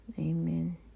Amen